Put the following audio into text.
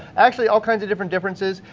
actually all kinds of different differences